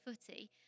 footy